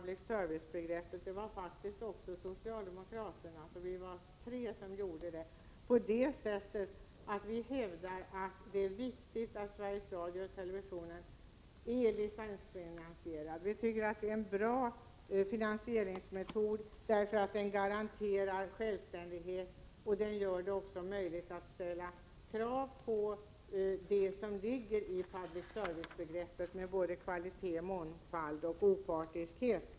public service-begreppet utan att också socialdemokraterna gjorde det. Vi var alltså tre partier som gjorde det genom att hävda att det är viktigt att Sveriges Radio och TV är licensfinansierat. Vi anser att detta är en bra finansieringsmetod därför att den garanterar självständighet och även gör det möjligt att ställa krav på det som ligger i public service-begreppet, t.ex. kvalitet, mångfald och opartiskhet.